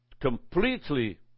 completely